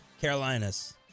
Carolinas